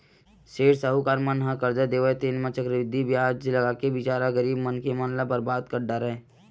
सेठ साहूकार मन ह करजा देवय तेन म चक्रबृद्धि बियाज लगाके बिचारा गरीब मनखे ल बरबाद कर डारय